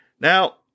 Now